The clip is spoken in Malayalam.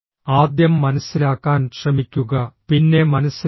ആദ്യം മനസ്സിലാക്കാൻ ശ്രമിക്കുക പിന്നെ മനസ്സിലാക്കാൻ